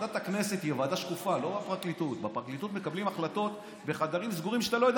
ועדת הכנסת היא ועדה שקופה, היא לא הפרקליטות.